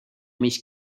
mis